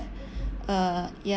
uh ya